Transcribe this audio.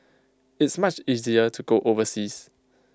it's much easier to go overseas